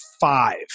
five